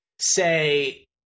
say